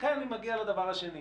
וכאן אני מגיע לדבר השני.